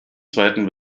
zweiten